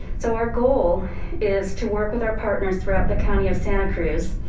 so our goal is to work with our partners throughout the county of santa cruz,